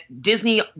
Disney